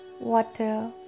water